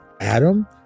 Adam